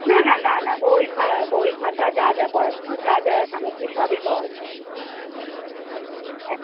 না না না না বই খা বই খাতা যা যা পড়াশোনোর যা যা সামগ্রী সবই পাওয়া যায় হ্যাঁ